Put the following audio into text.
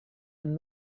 dan